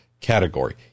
category